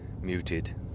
muted